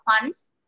funds